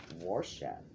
worship